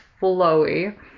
flowy